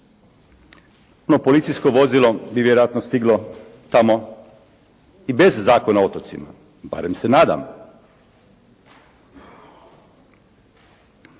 No, policijsko vozilo bi vjerojatno stiglo tamo i bez Zakona o otocima, barem se nadam.